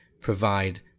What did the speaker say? provide